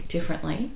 differently